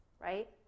right